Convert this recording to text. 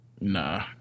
Nah